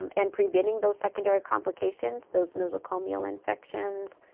um and preventing those secondary complications those nosocomial infections,